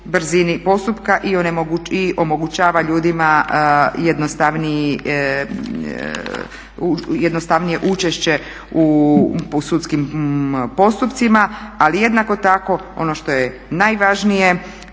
i omogućava ljudima jednostavnije učešće u sudskim postupcima. Ali jednako tako ono što je najvažnije